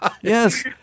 Yes